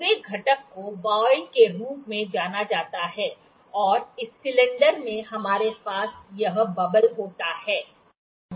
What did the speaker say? इस पूरे घटक को वॉयल के रूप में जाना जाता है और इस सिलेंडर में हमारे पास यह बुलबुला होता है